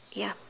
ya